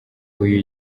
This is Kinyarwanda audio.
uyu